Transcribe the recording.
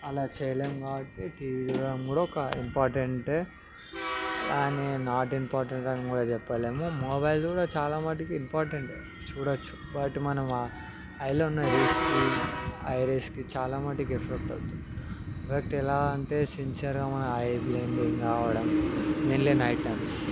అలా చేయలేం కాబట్టి టీవీ చూడడం కూడా ఒక ఇంపార్టెంట్ఏ అలా అని నాట్ ఇంపార్టెంట్ అని కూడా చెప్పలేం మొబైల్ కూడా చాలామట్టుకి ఇంపార్టెంట్ఏ చూడవచ్చు బట్ మన ఐలో ఉన్న రేస్కి ఐ రేస్కి చాలామట్టుకి ఎఫెక్ట్ అవుతుంది ఎఫెక్ట్ ఎలా అంటే సిన్సియర్గా మనకి ఐలో ఎండింగ్ కావడం మైన్లీ నైట్ టైమ్స్